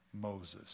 Moses